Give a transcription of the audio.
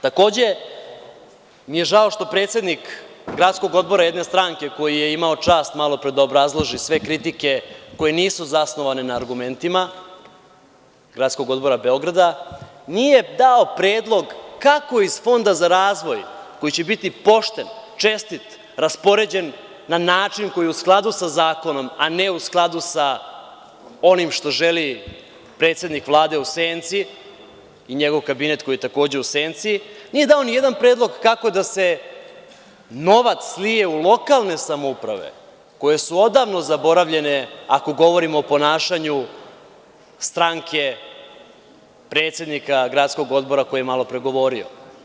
Takođe, žao mi je što predsednik gradskog odbora jedne stranke koji je imao čast malopre da obrazloži sve kritike koje nisu zasnovane na argumentima, Gradskog odbora Beograda, nije dao predlog kako iz Fonda za razvoj, koji će biti pošten, čestit, raspoređen na način koji u skladu sa zakonom, a ne u skladu sa onim što želi predsednik Vlade u senci i njegov kabinet koji je takođe u senci, nije dao nijedan predlog kako da se novac slije u lokalne samouprave koje su odavno zaboravljene, ako govorimo o ponašanju stranke predsednika gradskog odbora koji je malopre govorio.